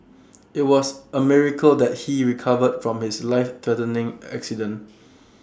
IT was A miracle that he recovered from his lifethreatening accident